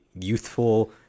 youthful